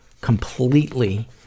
completely